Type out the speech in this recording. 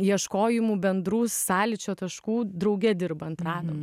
ieškojimų bendrų sąlyčio taškų drauge dirbant radom